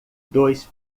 dois